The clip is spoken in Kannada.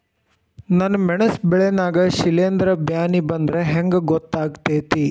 ನನ್ ಮೆಣಸ್ ಬೆಳಿ ನಾಗ ಶಿಲೇಂಧ್ರ ಬ್ಯಾನಿ ಬಂದ್ರ ಹೆಂಗ್ ಗೋತಾಗ್ತೆತಿ?